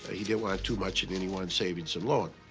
he didn't want too much in any one savings and loan.